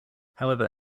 however